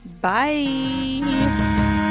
bye